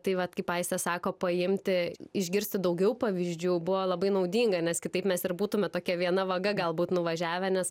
tai vat kaip aistė sako paimti išgirsti daugiau pavyzdžių buvo labai naudinga nes kitaip mes ir būtume tokia viena vaga galbūt nuvažiavę nes